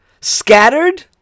Scattered